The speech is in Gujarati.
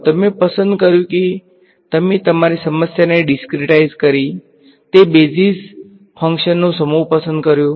તમે પસંદ કર્યું છે કે તમે તમારી સમસ્યાને ડીસ્ક્રીટાઈઝ કરી તે બેઝિસ ફંક્શન્સનો સમૂહ પસંદ કર્યો છે